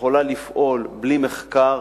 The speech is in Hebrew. שיכולה לפעול בלי מחקר.